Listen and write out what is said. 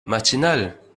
matinale